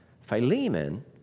Philemon